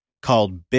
called